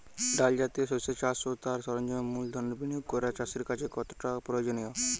ডাল জাতীয় শস্যের চাষ ও তার সরঞ্জামের মূলধনের বিনিয়োগ করা চাষীর কাছে কতটা প্রয়োজনীয়?